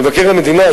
מבקר המדינה,